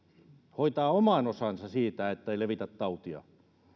hoitaa oman osansa siitä että ei levitä tautia